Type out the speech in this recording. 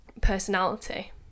personality